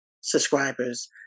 subscribers